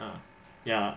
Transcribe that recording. ah ya